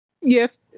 Yes